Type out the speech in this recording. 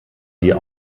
dir